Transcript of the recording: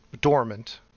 dormant